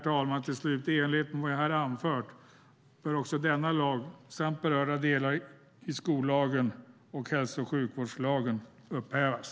I enlighet med vad jag här har anfört, herr talman, bör denna lag samt berörda delar i skollagen och hälso och sjukvårdslagen upphävas.